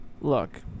look